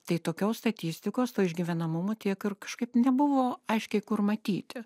tai tokios statistikos to išgyvenamumo tiek ir kažkaip nebuvo aiškiai kur matyti